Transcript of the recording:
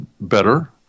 better